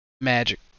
magic